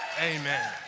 Amen